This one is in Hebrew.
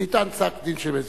וניתן פסק-דין של בית-משפט.